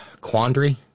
quandary